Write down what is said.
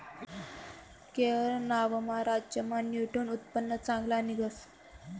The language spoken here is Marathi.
केरय नावना राज्यमा ज्यूटनं उत्पन्न चांगलं निंघस